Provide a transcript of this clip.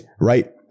Right